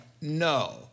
no